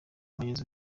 abayobozi